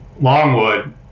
longwood